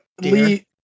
lee